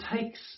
takes